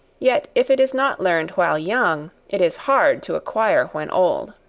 yet if it is not learned while young it is hard to acquire when old.